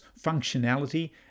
functionality